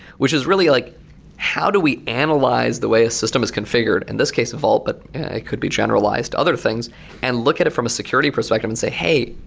which is really like how do we analyze the way a system is configured? in this case evolved, but it could be generalized to other things and look at it from a security perspective and say, hey,